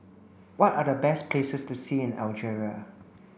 what are the best places to see in Algeria